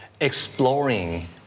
exploring